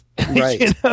Right